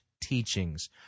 teachings